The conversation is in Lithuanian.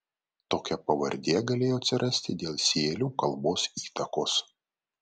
tokia pavardė galėjo atsirasti dėl sėlių kalbos įtakos